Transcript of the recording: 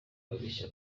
babeshya